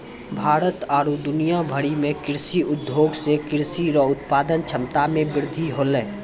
भारत आरु दुनिया भरि मे कृषि उद्योग से कृषि रो उत्पादन क्षमता मे वृद्धि होलै